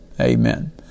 Amen